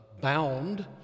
bound